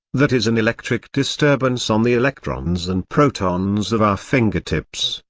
that is an electric disturbance on the electrons and protons of our fingertips,